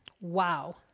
Wow